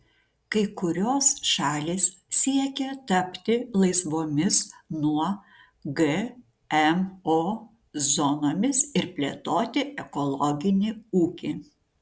kai kurios šalys siekia tapti laisvomis nuo gmo zonomis ir plėtoti ekologinį ūkį